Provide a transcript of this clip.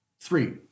three